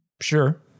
Sure